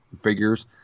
figures